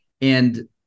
and-